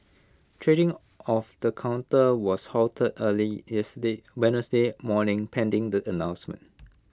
trading of the counter was halted early Wednesday morning pending the announcement